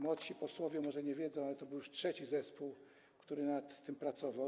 Młodsi posłowie może nie wiedzą, ale to był już trzeci zespół, który nad tym pracował.